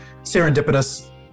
serendipitous